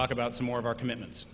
talk about some more of our commitments